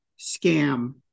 scam